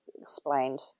Explained